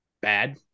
bad